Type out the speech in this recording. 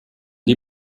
die